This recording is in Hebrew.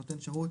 ושנותן השירות